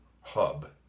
hub